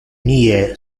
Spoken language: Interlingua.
mie